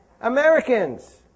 Americans